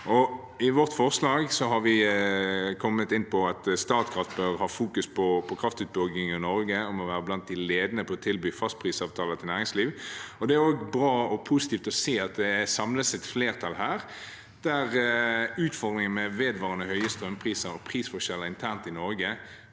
I vårt forslag har vi kommet inn på at Statkraft bør fokusere på kraftutbygging i Norge og må være blant de ledende på å tilby fastprisavtaler til næringslivet. Det er bra og positivt å se at det samles et flertall her, der utfordringen med vedvarende høye strømpriser og prisforskjeller internt i Norge